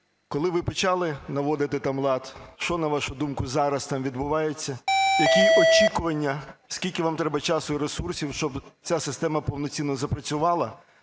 коли ви почали наводити там лад, що, на вашу думку, зараз там відбувається, які очікування, скільки вам треба часу і ресурсів, щоб ця система повноцінно запрацювала,